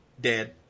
dead